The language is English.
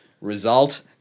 result